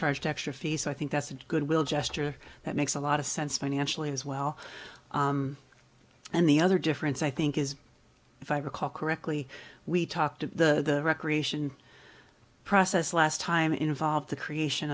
charged extra fees i think that's a goodwill gesture that makes a lot of sense financially as well and the other difference i think is if i recall correctly we talked to the recreation process last time involved the creation